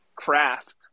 craft